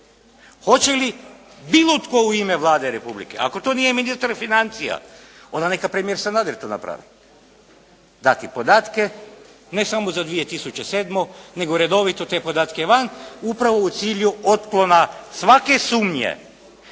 Hoće li bilo tko u ime Vlade Republike Hrvatske, ako to nije ministar financija onda neka premijer Sanader to napravi, dati podatke ne samo za 2007. nego redovito te podatke van upravo u cilju otklona svake sumnje